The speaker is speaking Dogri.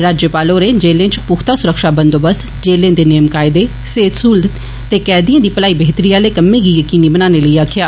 राज्यपाल होरें जेले च पुख्ता सुरक्षा बंदोबस्त जेले दे नियम कायदे सेहत सहूलत ते कैदिएं दी भलाई बेहतरी आले कम्में गी यकीनी बनाने लेई आक्खेआ